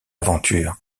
aventure